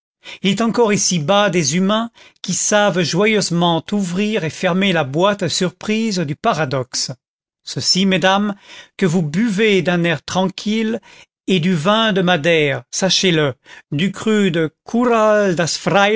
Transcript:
il est encore ici-bas des humains qui savent joyeusement ouvrir et fermer la boîte à surprises du paradoxe ceci mesdames que vous buvez d'un air tranquille est du vin de madère sachez-le du cru de coural